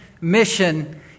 mission